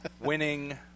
Winning